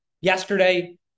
yesterday